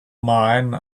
mine